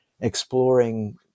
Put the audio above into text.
exploring